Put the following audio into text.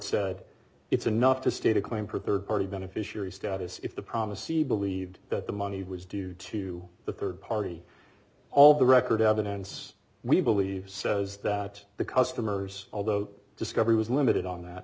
said it's enough to state a claim for third party beneficiary status if the promise e believed that the money was due to the third party all the record evidence we believe says that the customers although discovery was limited on that